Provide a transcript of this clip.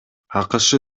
акш